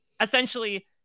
Essentially